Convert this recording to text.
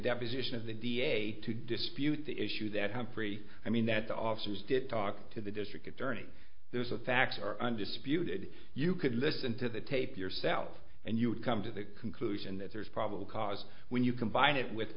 deposition of the da to dispute the issue that humphrey i mean that the officers did talk to the district attorney there's a facts are undisputed you could listen to the tape yourself and you would come to the conclusion that there is probable cause when you combine it with